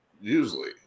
usually